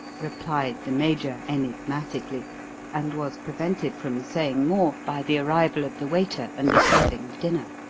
replied the major, enigmatically and was prevented from saying more by the arrival of the waiter and the serving of dinner.